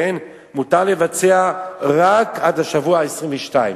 מותר לבצע רק עד השבוע ה-22.